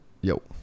yo